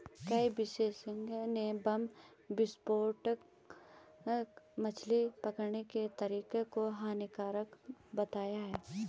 कई विशेषज्ञ ने बम विस्फोटक मछली पकड़ने के तरीके को हानिकारक बताया है